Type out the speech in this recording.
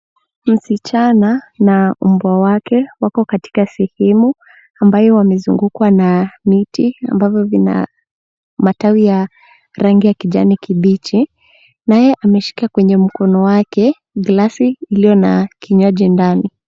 Msichana na mbwa wake wako katika sehemu ambayo wamezungukwa na miti ambavyo vina matawi ya rangi ya kijani kibichi. Naye ameshika kwenye mkono wake glasi iliyo na kinywaji ndani.